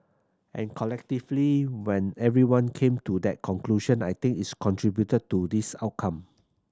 and collectively when everyone came to that conclusion I think its contributed to this outcome